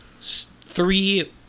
three